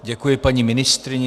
Děkuji paní ministryni.